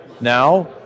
Now